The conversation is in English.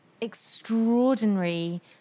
extraordinary